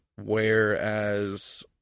whereas